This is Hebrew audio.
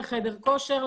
לחדר כושר,